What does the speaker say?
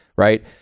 Right